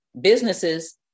businesses